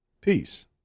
Peace